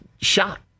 shot